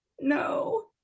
no